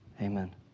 Amen